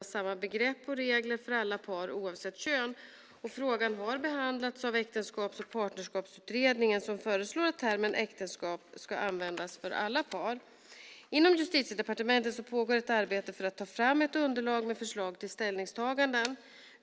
Fru talman! Thomas Bodström har frågat mig om jag avser att vidta åtgärder så att också homosexuella kan ingå äktenskap. Som Thomas Bodström är medveten om handlar frågan om könsneutrala äktenskap om att i lagen använda samma begrepp och regler för alla par, oavsett kön. Frågan har behandlats av Äktenskaps och partnerskapsutredningen, som föreslår att termen äktenskap används för alla par. Inom Justitiedepartementet pågår ett arbete med att ta fram ett underlag med förslag till ställningstaganden.